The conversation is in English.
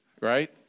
right